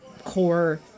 core